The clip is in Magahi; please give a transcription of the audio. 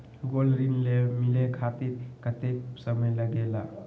गोल्ड ऋण मिले खातीर कतेइक समय लगेला?